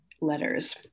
letters